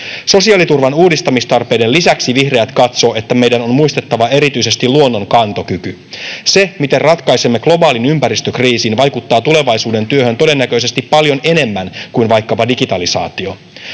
Sosiaaliturvan uudistamistarpeiden lisäksi vihreät katsovat, että meidän on muistettava erityisesti luonnon kantokyky. Se, miten ratkaisemme globaalin ympäristökriisin, vaikuttaa tulevaisuuden työhön todennäköisesti paljon enemmän kuin vaikkapa digitalisaatio.